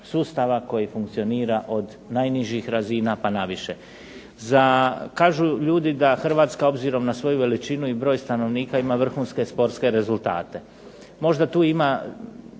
koji funkcionira od najnižih razina pa naviše. Kažu ljudi da Hrvatska obzirom na svoju veličinu i broj stanovnika ima vrhunske sportske rezultate. Možda tu ima